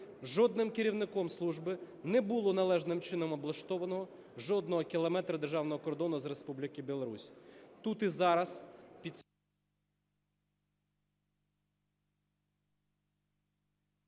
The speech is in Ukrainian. жодним керівником служби не було належним чином облаштовано жодного кілометра державного кордону з Республікою Білорусь.